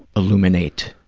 illuminate?